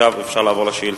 עכשיו אפשר לעבור לשאילתא.